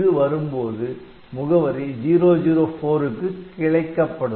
இது வரும் போது முகவரி 004 க்கு கிளைக்கப்படும்